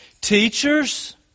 Teachers